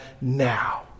now